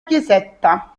chiesetta